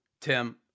Tim